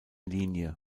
linie